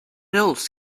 else